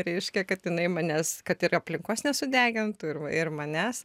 reiškia kad jinai manęs kad ir aplinkos nesudegintų ir ir manęs